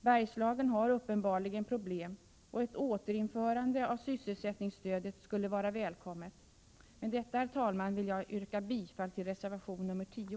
Bergslagen har uppenbarligen problem, och ett återinförande av sysselsättningsstödet skulle vara välkommet. Med detta, herr talman, yrkar jag bifall till reservation 10.